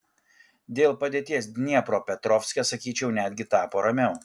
dėl padėties dniepropetrovske sakyčiau netgi tapo ramiau